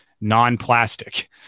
non-plastic